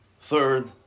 third